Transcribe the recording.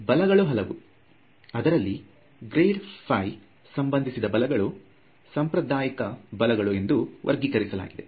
ಬಲಗಳು ಹಲವು ಅದರಲ್ಲೂ grade phi ಸಂಬಂಧಿಸಿದ ಬಲಗಳು ಸಾಂಪ್ರದಾಯಿಕ ಬಲಗಳು ಎಂದು ವರ್ಗಿಕರಿಸಲಾಗಿದೆ